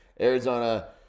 Arizona